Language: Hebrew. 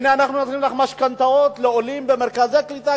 הנה אנחנו נותנים לכם משכנתאות לעולים במרכזי הקליטה,